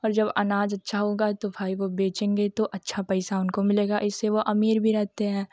और जब अनाज अच्छा होगा तो भाई वह बेचेंगे तो अच्छा पैसा उनको मिलेगा ऐसे वह अमीर भी रहते हैं